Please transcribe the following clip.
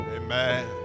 amen